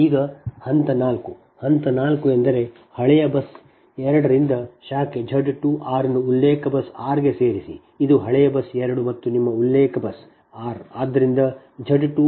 ಈಗ ಹಂತ 4 ಹಂತ 4 ಎಂದರೆ ಹಳೆಯ ಬಸ್ 2 ರಿಂದ ಶಾಖೆ Z 2r ಅನ್ನು ಉಲ್ಲೇಖ ಬಸ್ r ಗೆ ಸೇರಿಸಿ ಇದು ಹಳೆಯ ಬಸ್ 2 ಮತ್ತು ಇದು ನಿಮ್ಮ ಉಲ್ಲೇಖ ಬಸ್ r